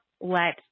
let